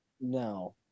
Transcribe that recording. No